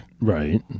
Right